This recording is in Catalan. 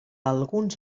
alguns